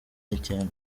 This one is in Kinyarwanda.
nicyenda